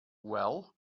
well